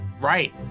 right